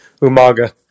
Umaga